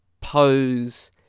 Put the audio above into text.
pose